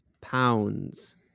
pounds